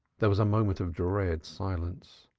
there was a moment of dread silence.